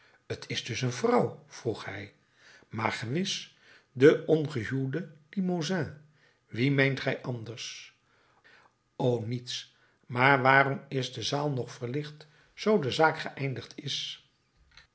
t is dus een vrouw vroeg hij maar gewis de ongehuwde limosin wie meent gij anders o niets maar waarom is de zaal nog verlicht zoo de zaak geëindigd is